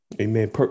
Amen